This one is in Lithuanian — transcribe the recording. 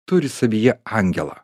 turi savyje angelą